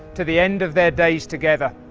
to the end of their days together.